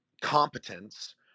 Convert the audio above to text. competence